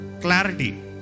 Clarity